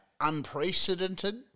unprecedented